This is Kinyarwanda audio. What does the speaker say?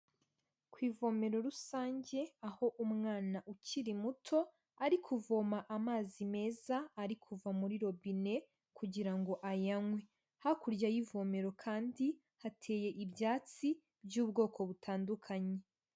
Ku ivomero rusange aho umwana ukiri muto ari kuvoma amazi meza ari kuva muri robine kugira ngo ayanywe, hakurya y'ivomero kandi hateye ibyatsi by'ubwoko butandukanye.